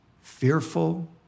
fearful